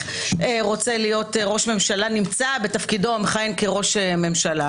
רוצה להיות ראש ממשלה נמצא בתפקידו המכהן כראש הממשלה.